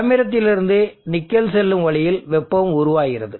தாமிரத்திலிருந்து nickel செல்லும் வழியில் வெப்பம் உருவாகிறது